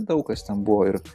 daug kas ten buvo ir